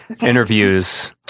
interviews